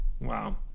Wow